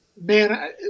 Man